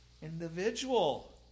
individual